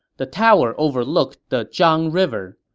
the tower overlooked the zhang river.